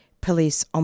police